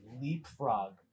leapfrog